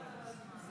בבקשה,